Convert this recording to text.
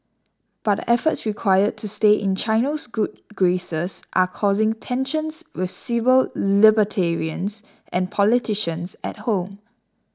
but the efforts required to stay in China's good graces are causing tensions with civil libertarians and politicians at home